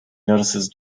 notices